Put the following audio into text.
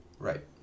Right